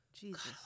jesus